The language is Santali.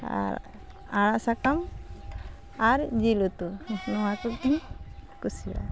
ᱟᱨ ᱟᱲᱟᱜᱼᱥᱟᱠᱟᱢ ᱟᱨ ᱡᱤᱞ ᱩᱛᱩ ᱱᱚᱣᱟᱠᱚᱜᱮ ᱠᱩᱥᱤᱣᱟᱜᱼᱟ